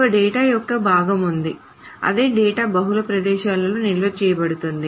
ఒక డేటా యొక్క భాగం ఉంది అదే డేటా బహుళ ప్రదేశాలలో నిల్వ చేయబడుతుంది